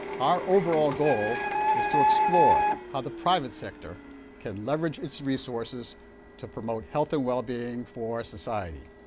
our overall goal is to explore how the private sector can leverage its resources to promote health and well-being for society.